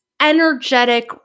energetic